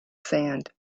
sand